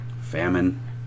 famine